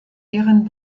ihren